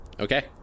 Okay